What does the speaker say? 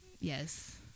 Yes